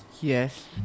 Yes